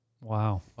Wow